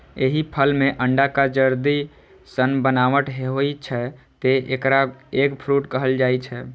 एहि फल मे अंडाक जर्दी सन बनावट होइ छै, तें एकरा एग फ्रूट कहल जाइ छै